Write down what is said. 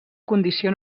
condició